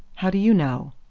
how do you know?